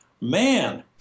man